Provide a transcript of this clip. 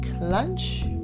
lunch